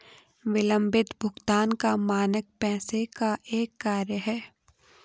विलम्बित भुगतान का मानक पैसे का एक कार्य है